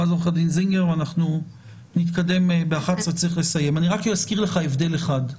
אני רק אזכיר לך הבדל אחד.